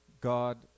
God